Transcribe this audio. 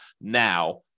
now